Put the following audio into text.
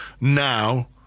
now